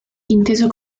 inteso